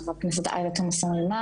חברת הכנסת עאידה תומא סלימאן,